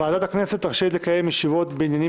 ועדת הכנסת רשאית לקיים ישיבות בעניינים